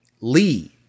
Lee